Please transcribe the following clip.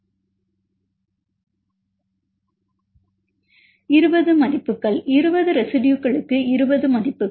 20 மதிப்புகள் 20 ரெசிடுயுகளுக்கு 20 மதிப்புகள்